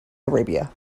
arabia